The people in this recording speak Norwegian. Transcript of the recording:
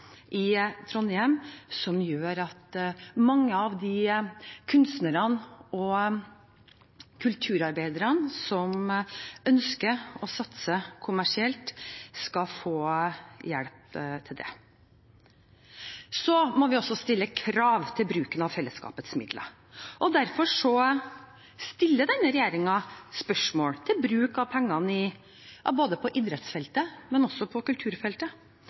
i Trondheim, som gjør at mange av de kunstnerne og kulturarbeiderne som ønsker å satse kommersielt, skal få hjelp til det. Vi må også stille krav til bruken av fellesskapets midler. Derfor stiller denne regjeringen spørsmål om bruk av pengene både på idrettsfeltet og også på kulturfeltet.